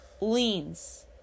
leans